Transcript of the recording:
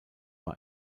war